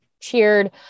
cheered